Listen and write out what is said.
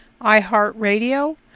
iHeartRadio